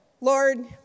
Lord